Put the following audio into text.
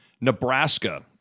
Nebraska